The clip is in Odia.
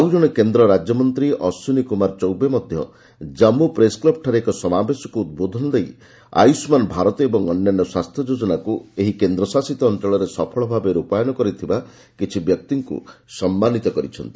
ଆଉ କଣେ କେନ୍ଦ୍ର ରାଜ୍ୟମନ୍ତ୍ରୀ ଅଶ୍ୱିନୀ କୁମାର ଚୌବେ ମଧ୍ୟ କମ୍ପୁ ପ୍ରେସ୍କ୍ଲବ୍ଠାରେ ଏକ ସମାବେଶକୁ ଉଦ୍ବୋଧନ କରି ଆୟୁଷ୍ମାନ ଭାରତ ଓ ଅନ୍ୟାନ୍ୟ ସ୍ୱାସ୍ଥ୍ୟ ଯୋଜନାକୁ ଏହି କେନ୍ଦ୍ରଶାସିତ ଅଞ୍ଚଳରେ ସଫଳଭାବେ ରୂପାୟନ କରିଥିବା କିଛି ବ୍ୟକ୍ତିଙ୍କୁ ସମ୍ମାନିତ କରିଛନ୍ତି